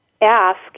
ask